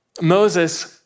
Moses